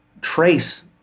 trace